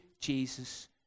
Jesus